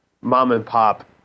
mom-and-pop